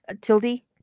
tildy